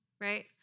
right